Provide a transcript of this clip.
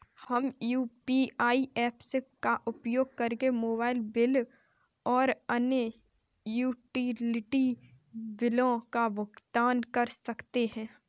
हम UPI apps का उपयोग करके मोबाइल बिल और अन्य यूटिलिटी बिलों का भुगतान कर सकते हैं